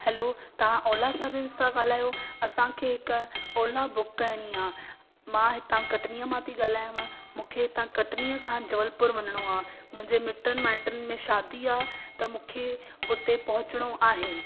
हलो तव्हां ओला सर्विस था ॻाल्हायो असांखे हिकु ओला बुक करिणी मां हितां कटनीअ मां थी ॻाल्हायांव मूंखे हितां कटनीअ खां जबलपुर वञिणो आहे मुंहिंजे मिटनि माइटनि में शादी आहे त मुंखे उते पहुचणो आहे